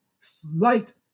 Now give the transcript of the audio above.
slight